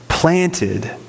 planted